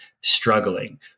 struggling